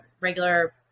regular